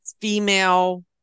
female